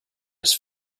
its